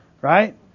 Right